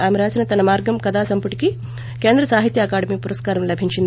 ఆమె రాసిన తనమార్గం కథా సంపుటికి కేంద్ర సాహిత్య అకాడమి పురస్కారం లభించింది